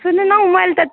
सुन्नु न हौ मैले त